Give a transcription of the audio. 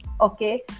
okay